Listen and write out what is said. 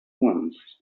once